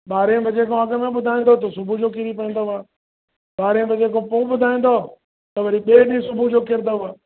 ॿारहें बजे खां अॻमें ॿुधाईंदओ त जो सुबुह जो किरी पवंदव ॿारहें बजे खां पोइ ॿुधाईंदओ त वरी ॿिए ॾींहं सुबुह जो किरंदव